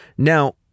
Now